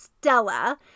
Stella